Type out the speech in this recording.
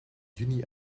juni